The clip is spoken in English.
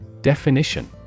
Definition